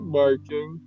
barking